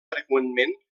freqüentment